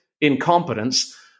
incompetence